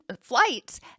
flights